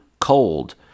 cold